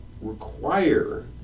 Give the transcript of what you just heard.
require